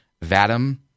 Vadim